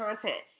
content